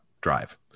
drive